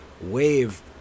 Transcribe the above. wave